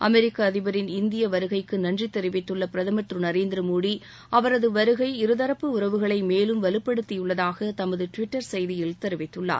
அமெரிக்க அதிபரின் இந்திய வருகைக்கு நன்றி தெரிவித்துள்ள பிரதமர் திரு நரேந்திர மோடி அவரது வருகை இருதரப்பு உறவுகளை மேலும் வலுப்படுத்தியுள்ளதாக தமது டுவிட்டர் செய்தியில் தெரிவித்குள்ளார்